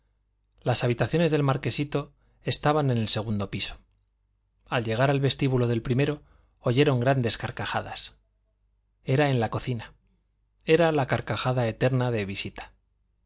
las habitaciones del marquesito estaban en el segundo piso al llegar al vestíbulo del primero oyeron grandes carcajadas era en la cocina era la carcajada eterna de visita